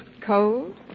Cold